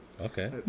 Okay